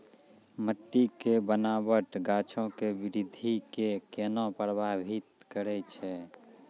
मट्टी के बनावट गाछो के वृद्धि के केना प्रभावित करै छै?